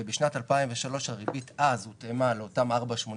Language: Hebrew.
ובשנת 2003 הריבית אז הותאמה לאותם 4.86,